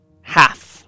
half